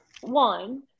one